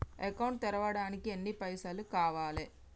Account తెరవడానికి ఎన్ని పైసల్ కావాలే?